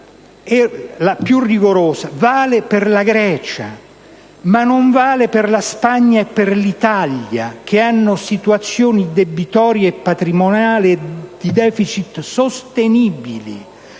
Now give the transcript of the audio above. più rigorosa, vale per la Grecia ma non vale per la Spagna e per l'Italia che hanno situazioni debitorie e patrimoniali di deficit sostenibili.